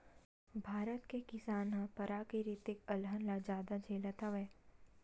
भारत के किसान ह पराकिरितिक अलहन ल जादा झेलत हवय